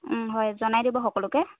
হয় জনাই দিব সকলোকে